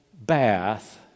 bath